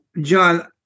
John